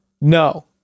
No